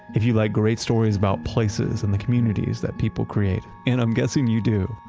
if you like great stories about places and the communities that people create. and i'm guessing you do.